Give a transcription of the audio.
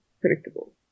predictable